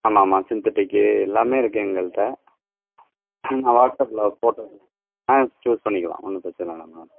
ஆமாமாம் சின்தட்டிக்கு எல்லாமே இருக்குது எங்கள்கிட்ட நான் வாட்ஸப்பில் ஒரு ஃபோட்டோ ஆ சூஸ் பண்ணிக்கிலான் ஒன்றும் பிரச்சனல்லை மேடம்